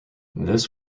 this